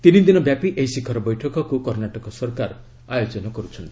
ତିନିଦିନ ବ୍ୟାପି ଏହି ଶିଖର ବୈଠକକୁ କର୍ଣ୍ଣାଟକ ସରକାର ଆୟୋଜନ କରୁଛନ୍ତି